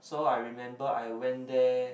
so I remember I went there